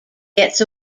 gets